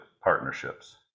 partnerships